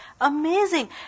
amazing